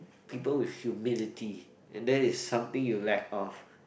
people with humility and that is something you lack of